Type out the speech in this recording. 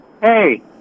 Hey